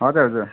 हजुर हजुर